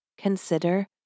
Consider